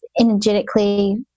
energetically